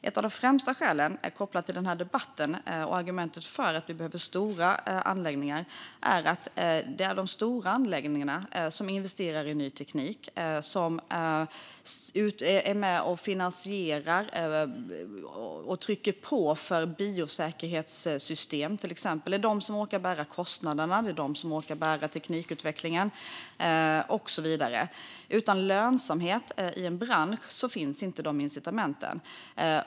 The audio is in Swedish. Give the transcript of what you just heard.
Ett av de främsta skälen, kopplat till den här debatten, till att vi behöver stora anläggningar är att det är de som investerar i ny teknik och som är med och finansierar och trycker på för biosäkerhetssystem, till exempel. Det är de som orkar bära kostnaderna, teknikutvecklingen och så vidare. Utan lönsamhet i en bransch finns inte de incitamenten.